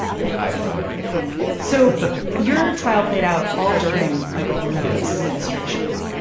a high crime area so your trial played out all during michael bloomberg's administration.